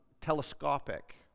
telescopic